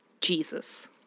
Jesus